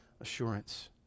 assurance